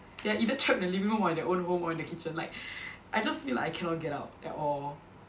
they're either trapped in the living room or on their own room or in the kitchen like I just feel like I cannot get out at all